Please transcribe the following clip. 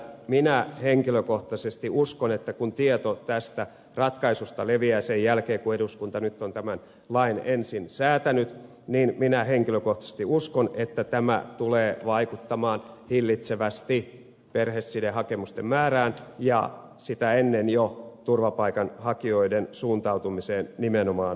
minä henkilökohtaisesti uskon että kun tieto tästä ratkaisusta leviää sen jälkeen kun eduskunta nyt on tämän lain ensin säätänyt niin minä henkilökohtaisesti uskon että tämä tulee vaikuttamaan hillitsevästi perhesidehakemusten määrään ja sitä ennen jo hillitsemään turvapaikanhakijoiden suuntautumista nimenomaan suomeen